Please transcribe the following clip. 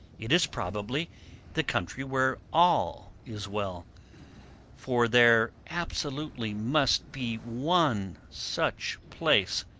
it is probably the country where all is well for there absolutely must be one such place.